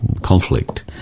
Conflict